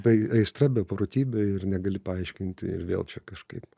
tai aistra beprotybė ir negali paaiškinti ir vėl čia kažkaip